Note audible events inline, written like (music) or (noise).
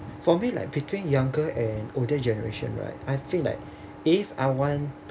for me like between younger and older generation right I feel like (breath) if I want